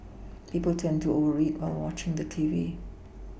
people tend to over eat while watching the television